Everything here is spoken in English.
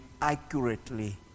accurately